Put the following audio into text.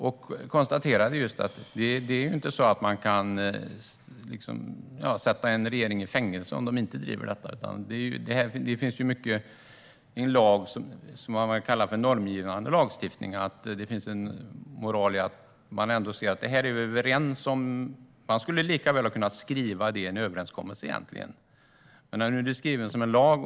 Vi konstaterade att man inte kan sätta en regering som inte driver detta i fängelse, utan det är en lag som är normgivande, och det finns en moral i att man kommer överens om det här. Man skulle lika väl ha kunnat skriva det i en överenskommelse, men nu är det skrivet som en lag.